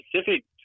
specific